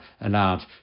allowed